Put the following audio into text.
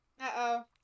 Uh-oh